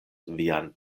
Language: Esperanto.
vian